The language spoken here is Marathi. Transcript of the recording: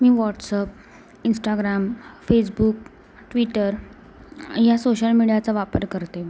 मी व्हॉट्सअप इंस्टाग्राम फेसबुक ट्विटर या सोशल मीडियाचा वापर करते